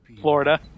Florida